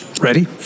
ready